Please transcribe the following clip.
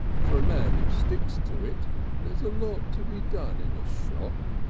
for a man who sticks to it there's a lot to be done in a shop.